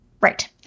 Right